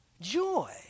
joy